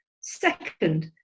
Second